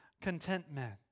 Contentment